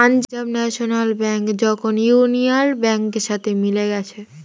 Punjab national bank এখন union ব্যাংকের সাথে মিলে গেছে